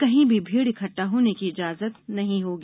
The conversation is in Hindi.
कहीं भी भीड़ इकट्टा होने की इजाजत नहीं होगी